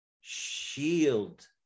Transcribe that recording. shield